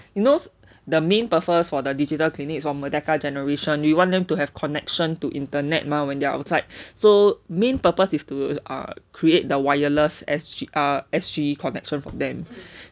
he knows the main purpose for the digital clinics is for merdeka generation you want them to have connection to internet mah when they're outside so main purpose is to err create the wireless S_G connection for them